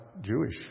Jewish